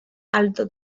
alto